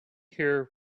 hear